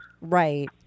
right